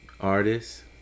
artists